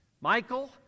Michael